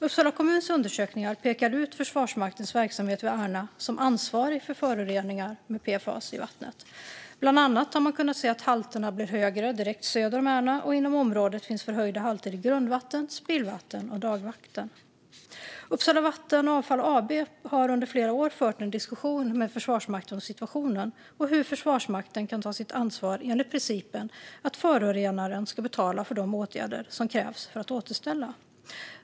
Uppsala kommuns undersökningar pekar ut Försvarsmaktens verksamhet vid Ärna som ansvarig för föroreningarna av PFAS i vattnet. Bland annat har man kunnat se att halterna blir högre direkt söder om Ärna, och inom området finns förhöjda halter i grundvatten, spillvatten och dagvatten. Uppsala Vatten och Avfall AB har under flera år fört en diskussion med Försvarsmakten om situationen och hur Försvarsmakten kan ta sitt ansvar enligt principen att förorenaren ska betala för de åtgärder som krävs för att återställa.